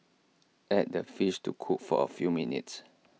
add the fish to cook for A few minutes